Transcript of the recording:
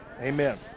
Amen